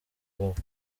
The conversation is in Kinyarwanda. buroko